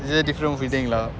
it's a different feeling lah